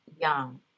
young